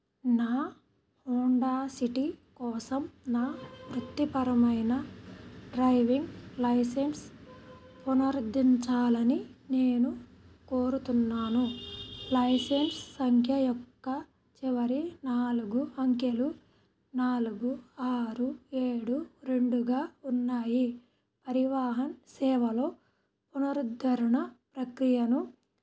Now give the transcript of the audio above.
నా Honda City కోసం నా వృత్తిపరమైన డ్రైవింగ్ లైసెన్స్ పునరుద్ధరించాలని నేను కోరుతున్నాను లైసెన్స్ సంఖ్య యొక్క చివరి నాలుగు అంకెలు నాలుగు ఆరు ఏడు రెండుగా ఉన్నాయి పరివాహన్ సేవలో పునరుద్ధరణ ప్రక్రియను